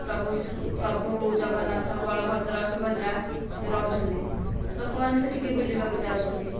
ପ୍ରଭୁ ଶ୍ରୀ ପ୍ରଭୁ ଜଗନ୍ନାଥ ବଳଭଦ୍ର ସୁଭଦ୍ରା ସେ ରହୁଛନ୍ତି ଲୋକମାନେ ସେଠିକି ବୁଲିବାକୁ ଯାଉଛନ୍ତି